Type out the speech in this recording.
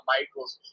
Michaels